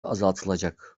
azaltılacak